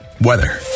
weather